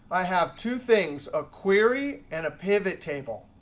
i have two things a query and a pivot table.